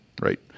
right